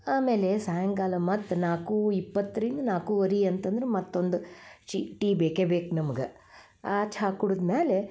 ಆಮೇಲೆ ಸಾಯಂಕಾಲ ಮತ್ತೆ ನಾಲ್ಕು ಇಪ್ಪತ್ತ್ರಿಂದ ನಾಲ್ಕುವರೆ ಅಂತಂದ್ರೆ ಮತ್ತೊಂದು ಚಿ ಟೀ ಬೇಕೇ ಬೇಕು ನಮ್ಗೆ ಆ ಛಾ ಕುಡ್ದ ಮ್ಯಾಲೆ